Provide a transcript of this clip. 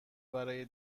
برای